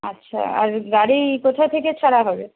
আচ্ছা আর গাড়ি কোথা থেকে ছাড়া হবে